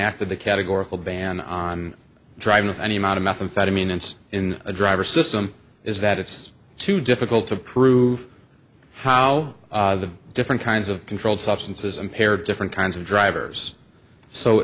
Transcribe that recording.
after the categorical ban on driving of any amount of methamphetamine and in a driver system is that it's too difficult to prove how the different kinds of controlled substances impaired different kinds of drivers so